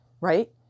Right